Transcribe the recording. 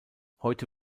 heute